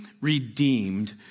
redeemed